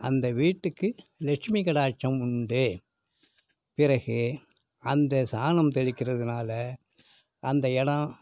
அந்த வீட்டுக்கு லெட்சுமி கடாக்ச்சம் உண்டு பிறகு அந்த சாணம் தெளிக்கிறதுனால அந்த இடம்